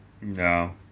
No